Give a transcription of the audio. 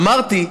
אמרתי,